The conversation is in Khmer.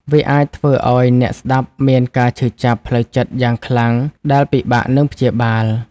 វាអាចធ្វើឱ្យអ្នកស្ដាប់មានការឈឺចាប់ផ្លូវចិត្តយ៉ាងខ្លាំង ដែលពិបាកនឹងព្យាបាល។